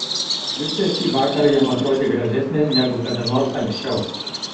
liucė šį vakarą jam atrodė gražesnė negu kada nors anksčiau